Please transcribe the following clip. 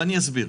ואסביר.